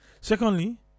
secondly